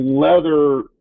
leather